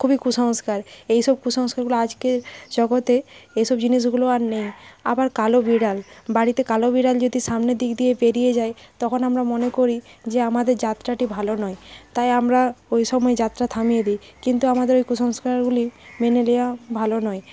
খুবই কুসংস্কার এইসব কুসংস্কারগুলো আজকের জগতে এইসব জিনিসগুলো আর নেই আবার কালো বিড়াল বাড়িতে কালো বিড়াল যদি সামনের দিক দিয়ে পেরিয়ে যায় তখন আমরা মনে করি যে আমাদের যাত্রাটি ভালো নয় তাই আমরা ওই সময় যাত্রা থামিয়ে দিই কিন্তু আমাদের ওই কুসংস্কারগুলি মেনে নেওয়া ভালো নয়